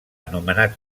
nomenat